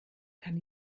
kann